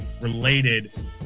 related